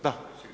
Da.